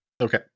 Okay